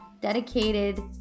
dedicated